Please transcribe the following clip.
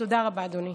תודה רבה, אדוני.